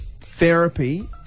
therapy